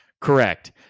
Correct